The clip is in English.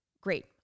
Great